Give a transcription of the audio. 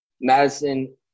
Madison